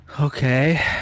Okay